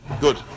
Good